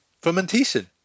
fermentation